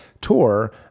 tour